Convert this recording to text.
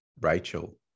Rachel